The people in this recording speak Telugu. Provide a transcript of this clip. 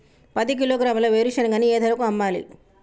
పది కిలోగ్రాముల వేరుశనగని ఏ ధరకు అమ్మాలి?